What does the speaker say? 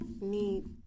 need